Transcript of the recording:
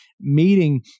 meeting